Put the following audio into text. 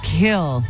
kill